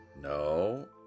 No